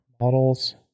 Models